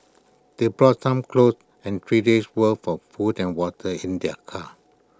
they brought some clothes and three days' worth of food and water in their car